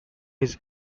his